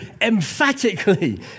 emphatically